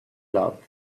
loved